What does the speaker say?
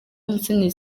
musenyeri